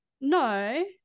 No